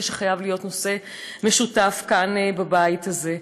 שחייב להיות נושא משותף כאן בבית הזה.